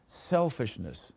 selfishness